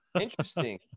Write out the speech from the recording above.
Interesting